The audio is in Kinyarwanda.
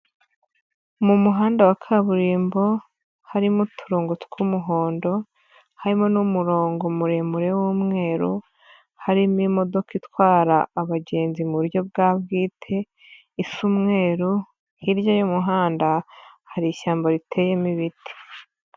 Mu muhanda wa kaburimbo harimo uturongo tw'umuhondo. Harimo n'umurongo muremure w'umweru. Harimo imodoka itwara abagenzi mu buryo bwa bwite, isa umweruru. Hirya y'umuhanda hari ishyamba riteyemo ibiti.